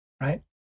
right